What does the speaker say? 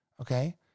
okay